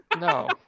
no